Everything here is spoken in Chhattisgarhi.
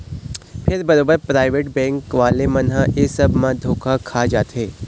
फेर बरोबर पराइवेट बेंक वाले मन ह ऐ सब म धोखा खा जाथे